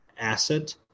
asset